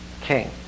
king